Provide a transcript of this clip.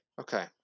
Okay